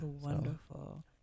wonderful